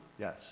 Yes